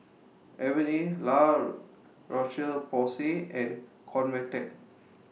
Avene La Roche Porsay and Convatec